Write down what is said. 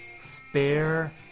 spare